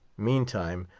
meantime,